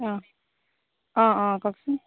অ' অ' অ' কওকচোন